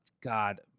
God